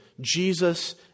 Jesus